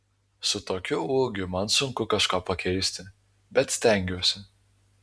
su tokiu ūgiu man sunku kažką pakeisti bet stengiuosi